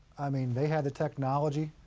i mean, they had the technology,